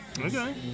Okay